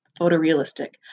photorealistic